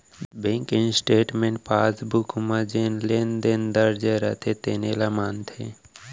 bank statement passbook म जउन लेन देन दर्ज रथे तेने ल मानथे